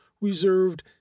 reserved